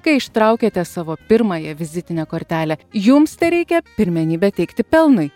kai ištraukėte savo pirmąją vizitinę kortelę jums tereikia pirmenybę teikti pelnui